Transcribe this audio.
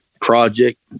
project